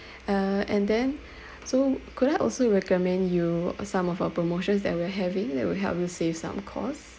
uh and then so could I also recommend you uh some of our promotions that we're having that will help you save some cost